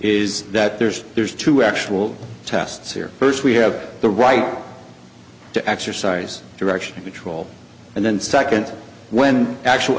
is that there's there's two actual tests here first we have the right to exercise direction betrayal and then second when actual